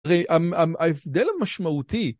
הרי ההבדל המשמעותי